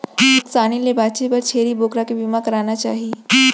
नुकसानी ले बांचे बर छेरी बोकरा के बीमा कराना चाही